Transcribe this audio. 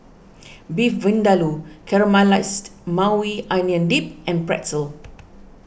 Beef Vindaloo Caramelized Maui Onion Dip and Pretzel